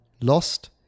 lost